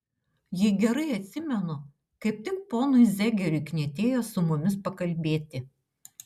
jei gerai atsimenu kaip tik ponui zegeriui knietėjo su mumis pakalbėti